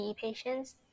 patients